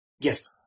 Yes